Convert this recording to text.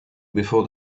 before